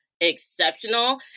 exceptional